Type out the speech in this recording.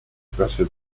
clase